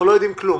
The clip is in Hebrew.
יודעים כלום.